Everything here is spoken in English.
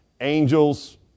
Angels